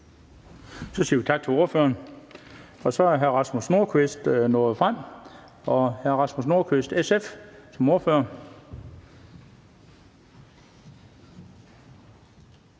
Så siger vi tak til ordføreren. Nu er hr. Rasmus Nordqvist nået frem, og så det er hr. Rasmus Nordqvist som ordfører